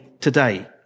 today